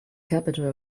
capital